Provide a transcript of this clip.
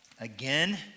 Again